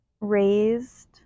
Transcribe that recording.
raised